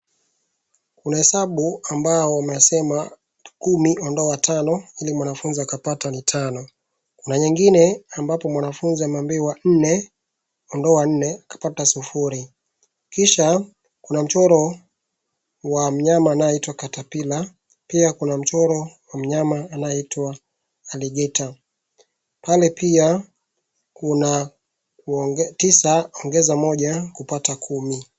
Kuna hesabu ambao unasema kumi ondoa tano, ili mwanafunzi akapata ni tano. Kuna nyingine ambapo mwanafunzi ameambiwa nne ondoa nne akapata sufuri. Kisha, kuna mchoro wa mnyama anayeitwa caterpillar , pia kuna mchoro wa mnyama anayeitwa alligator . Pale pia kuna kuongeza, tisa ongeza moja, kupata kumi.